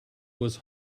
was